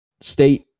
state